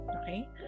okay